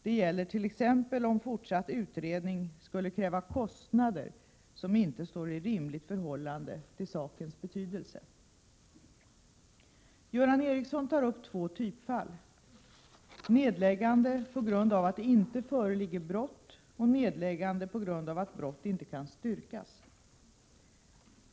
Det gäller t.ex. om fortsatt utredning skulle kräva kostnader som inte står i rimligt förhållande till sakens betydelse. Göran Ericsson tar upp två typfall: nedläggande på grund av att det inte föreligger brott och nedläggande på grund av att brott inte kan styrkas.